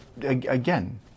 Again